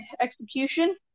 execution